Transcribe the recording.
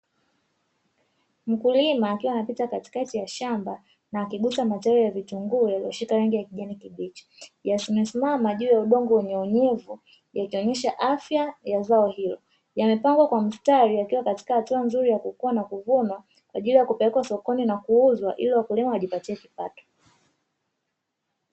Mkulima akiwa anapita katikati ya shamba na akishika majani ya vitunguu yaliyoshika rangi ya kijani kibichi, yamesimama juu ya udongo wenye unyevu yakionyesha afya ya zao hilo, yamepangwa kwa mstari yakiwa katika hatua nzuri ya kukua na kuvunwa kwa ajili ya kupelekwa sokoni na kuuzwa ili wakulima wajipatie kipato.